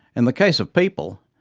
in the case of people,